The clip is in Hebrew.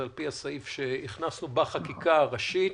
זה על פי הסעיף שהכנסנו בחקיקה הראשית.